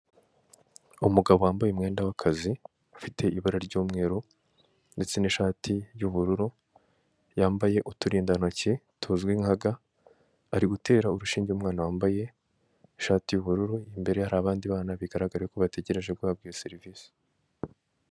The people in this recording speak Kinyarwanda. Umugabo wambaye umwenda w'akazi ufite ibara ry'umweru ndetse n'ishati y'ubururu, yambaye uturindantoki tuzwi nka ga, ari gutera urushinge umwana wambaye ishati y'ubururu imbere hari abandi bana bigaraga ko bategereje guhabwa iyo serivisi.